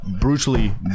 brutally